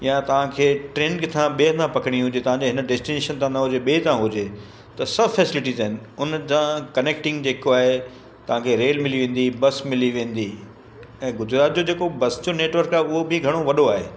या तव्हांखे ट्रेन किथां ॿिए हंधा पकिड़ी हुजे तव्हांजे हिन डेस्टीनेशन था न हुजे ॿिएं था हुजे त सभु फ़ेसिलिटिज़ आहिनि हुन सां कनेक्टिंग जे को आहे तव्हांखे रेल मिली वेंदी बस मिली वेंदी ऐं गुजरात जो जे को बस जो नेटवर्क आहे उहो बि घणो वॾो आहे